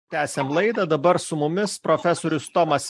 tęsiam laidą dabar su mumis profesorius tomas